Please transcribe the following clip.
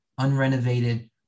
unrenovated